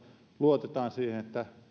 luotetaan siihen että